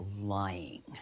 lying